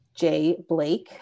jblake